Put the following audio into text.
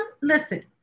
Listen